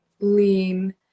lean